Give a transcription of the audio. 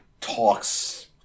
talks